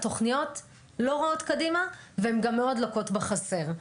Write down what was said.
התוכניות לא רואות קדימה והן גם מאוד לוקות בחסר.